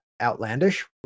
outlandish